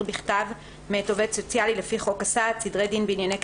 בכתב מאת עובד סוציאלי לפי חוק הסעד (סדרי דין בענייני קטינים,